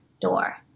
door